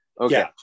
Okay